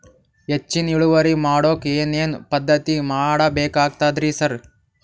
ಹೆಚ್ಚಿನ್ ಇಳುವರಿ ಮಾಡೋಕ್ ಏನ್ ಏನ್ ಪದ್ಧತಿ ಮಾಡಬೇಕಾಗ್ತದ್ರಿ ಸರ್?